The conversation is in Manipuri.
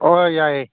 ꯍꯣꯏ ꯌꯥꯏꯌꯦ